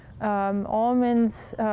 Almonds